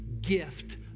gift